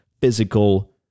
physical